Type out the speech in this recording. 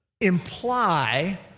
imply